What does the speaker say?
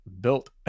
built